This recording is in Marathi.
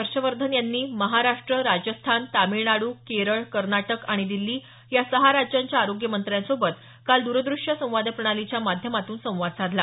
हर्षवर्धन यांनी महाराष्ट्र राज्यस्थान तामिळनाडू केरळ कर्नाटक आणि दिल्ली या सहा राज्यांच्या आरोग्य मंत्र्यांसोबत काल द्रदृष्य संवाद प्रणालीच्या माध्यमातून संवाद साधला